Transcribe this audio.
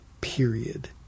period